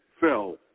fell